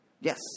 Yes